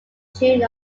june